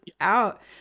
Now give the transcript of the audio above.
out